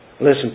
Listen